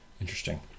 Interesting